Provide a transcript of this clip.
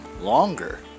longer